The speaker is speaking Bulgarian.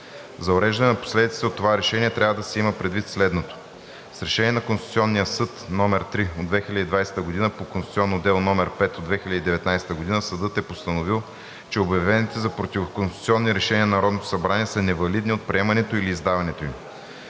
За уреждане на последиците от това решение трябва да се има предвид следното: 1. С Решение на Конституционния съд № 3 от 2020 г. по конституционно дело № 5 от 2019 г. съдът е постановил, че обявените за противоконституционни решения на Народното събрание са невалидни от приемането или издаването им.